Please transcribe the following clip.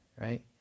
right